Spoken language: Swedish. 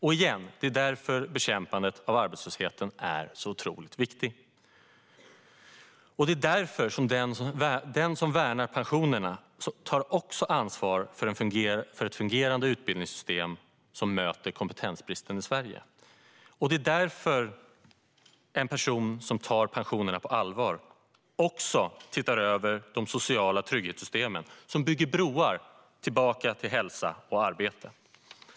Det är, återigen, därför det är så otroligt viktigt att bekämpa arbetslösheten. Det är därför den som värnar pensionerna också tar ansvar för ett fungerande utbildningssystem som möter kompetensbristen i Sverige. Det är därför en person som tar pensionerna på allvar också ser över de sociala trygghetssystemen, som bygger broar tillbaka till hälsa och arbete.